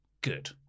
Good